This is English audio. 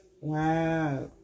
Wow